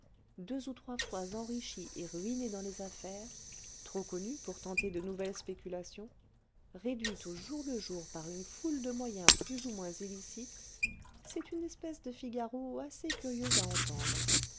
deux ou trois fois enrichi et ruiné dans les affaires trop connu pour tenter de nouvelles spéculations réduit au jour le jour par une foule de moyens plus ou moins illicites c'est une espèce de figaro assez curieux à entendre